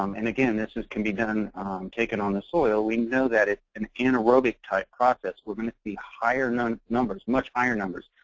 um and again, this this can be done taken on the soil, we know that it's an anaerobic type process. we're going to see higher numbers, much higher numbers.